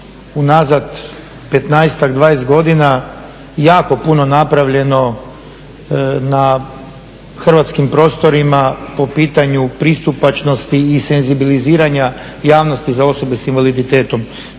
nazad 15-tak, 20 godina jako puno napravljeno na hrvatskim prostorima po pitanju pristupačnosti i senzibiliziranja javnosti za osobe s invaliditetom.